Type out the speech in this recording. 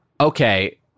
Okay